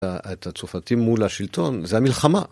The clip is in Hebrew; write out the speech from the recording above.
את הצרפתים מול השלטון, זה המלחמה.